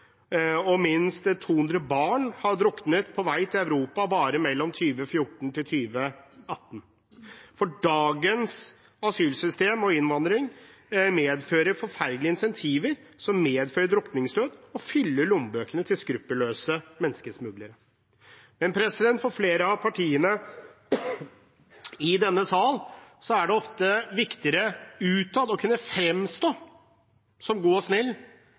Minst 200 barn har druknet på vei til Europa bare mellom 2014 og 2018. Dagens asylsystem og innvandring medfører forferdelige insentiver som medfører drukningsdød og fyller lommebøkene til skruppelløse menneskesmuglere. For flere av partiene i denne sal er det ofte viktigere utad å kunne fremstå som god og snill